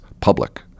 public